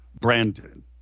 Brandon